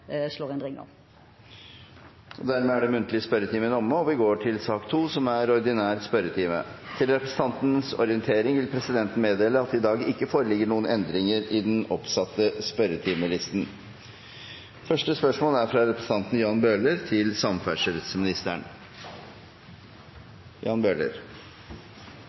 Dermed er den muntlige spørretimen omme. Til representantenes orientering vil presidenten meddele at det i dag ikke foreligger noen endringer i den oppsatte spørsmålslisten. Jeg tillater meg å stille følgende spørsmål til samferdselsministeren: